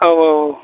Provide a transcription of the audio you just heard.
औ औ औ